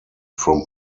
from